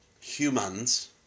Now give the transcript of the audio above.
humans